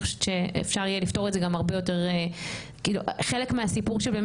אני חושבת שאפשר יהיה לפתור את זה גם כאילו חלק מהסיפור שבאמת